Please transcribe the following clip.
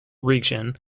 region